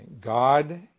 God